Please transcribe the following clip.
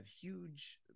huge